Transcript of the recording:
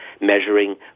measuring